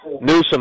Newsom